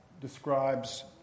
describes